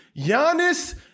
Giannis